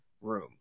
Room